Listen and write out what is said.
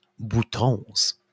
boutons